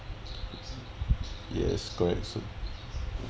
yes correct so